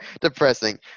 depressing